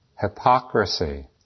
hypocrisy